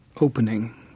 opening